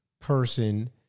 person